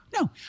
No